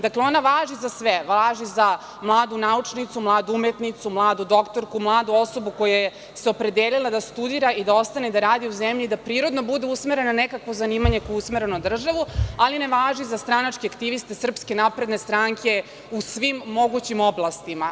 Dakle, ona važi za sve, važi za mladu naučnicu, mladu umetnicu, mladu doktorku, mladu osobu koja se opredelila da studira i da ostane da radi u zemlji i da prirodno bude usmerena na nekakvo zanimanje koje je usmereno na državu, ali ne važi za stranačke aktiviste SNS u svim mogućim oblastima.